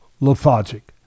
lethargic